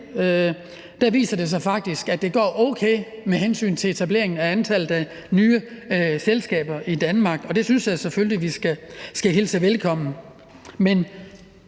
det, går det faktisk okay med hensyn til etableringen og antallet af nye selskaber i Danmark, og det synes jeg selvfølgelig vi skal hilse velkommen. Men